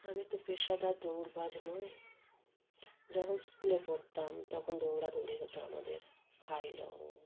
আমি তো পেশাদার দৌড়বাজ নই যখন স্কুলে পড়তাম তখন দৌড়াদৌড়ি হতো আমাদের হাই লং